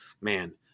Man